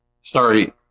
Sorry